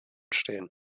stehen